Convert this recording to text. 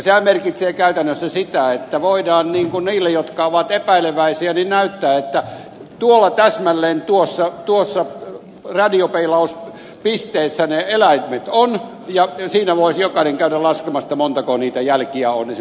sehän merkitsee käytännössä sitä että voidaan näyttää niille jotka ovat epäileväisiä että tuolla täsmälleen tuossa radiopeilauspisteessä ne eläimet ovat ja siinä voisi jokainen käydä laskemassa esimerkiksi talvikelillä montako niitä jälkiä on